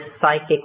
psychic